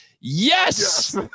yes